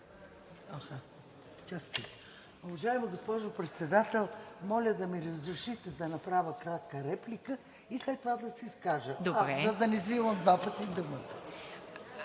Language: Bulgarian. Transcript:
(ИТН): Уважаема госпожо Председател, моля да ми разрешите да направя кратка реплика и след това да се изкажа, за да не взимам два пъти думата.